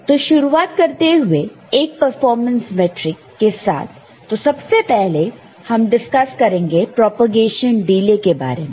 तो शुरुआत करते हैं एक परफॉर्मेंस मैट्रिक के साथ तो सबसे पहले हम डिस्कस करेंगे प्रोपेगेशन डिले के बारे में